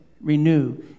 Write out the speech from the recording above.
renew